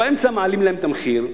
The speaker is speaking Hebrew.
ובאמצע מעלים להם את המחיר,